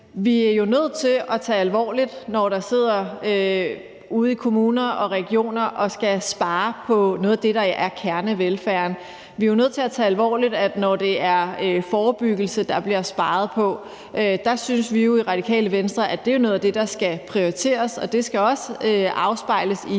vi er jo nødt til at tage det alvorligt, når man sidder ude i kommuner og regioner og skal spare på noget af det, der er kernevelfærden. Vi er jo nødt til at tage det alvorligt, når det er forebyggelse, der bliver sparet på. Der synes vi jo i Radikale Venstre, at det er noget af det, der skal prioriteres, og det skal også afspejles i